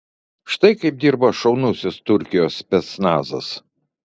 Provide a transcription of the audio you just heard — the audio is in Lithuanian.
štai kaip dirba šaunusis turkijos specnazas